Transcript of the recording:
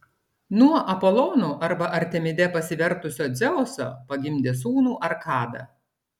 nuo apolonu arba artemide pasivertusio dzeuso pagimdė sūnų arkadą